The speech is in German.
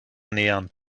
nähern